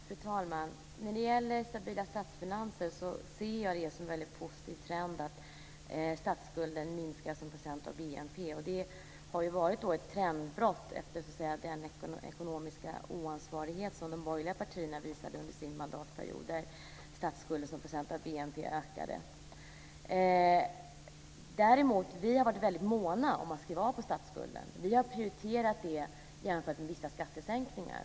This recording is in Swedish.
Fru talman! När det gäller stabila statsfinanser ser jag det som en väldigt positiv trend att statsskulden minskar som procent av BNP. Det har varit ett trendbrott efter den ekonomiska oansvarighet som de borgerliga partierna visade under sin mandatperiod då statsskulden ökade som procent av BNP. Vi har varit väldigt måna om att skriva av på statsskulden. Vi har prioriterat det jämfört med vissa skattesänkningar.